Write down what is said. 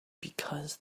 because